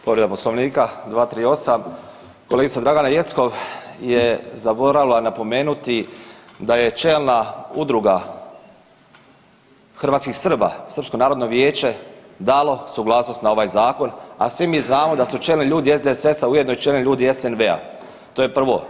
Povreda Poslovnika 238. kolegica Dragana Jeckov je zaboravila napomenuti da je čelna udruga hrvatskih Srba Srpsko narodno vijeće dalo suglasnost na ovaj zakon, a svi mi znamo da su čelni ljudi SDSS-a ujedno i čelni ljudi i SNB-a, to je prvo.